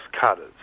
cutters